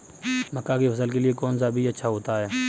मक्का की फसल के लिए कौन सा बीज अच्छा होता है?